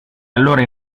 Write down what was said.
allora